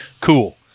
Cool